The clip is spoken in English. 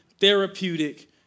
therapeutic